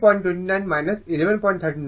সুতরাং এটি আমার IC